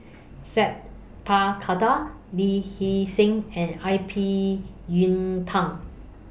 Sat Pal Khattar Lee Hee Seng and I P Yiu Tung